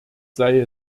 sei